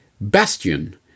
Bastion